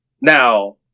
Now